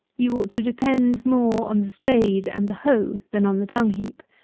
you ought to depend more on the spade and the hoe than on the dung-heap.